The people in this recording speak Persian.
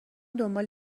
دنبال